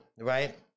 right